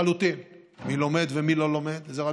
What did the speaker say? לחלוטין מי לומד ומי לא לומד זה רק